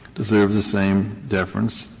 deserves the same deference,